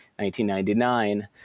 1999